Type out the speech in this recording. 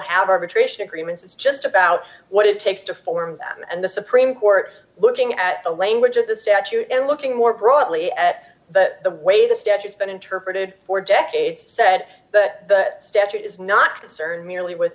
have arbitration agreements it's just about what it takes to form them and the supreme court looking at the language of the statute and looking more broadly at the way the statutes been interpreted for decades said that the statute is not concerned merely with